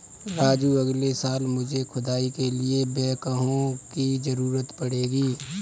राजू अगले साल मुझे खुदाई के लिए बैकहो की जरूरत पड़ेगी